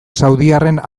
saudiarren